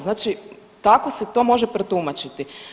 Znači tako se to može protumačiti.